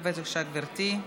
בבקשה, גברתי.